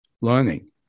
learning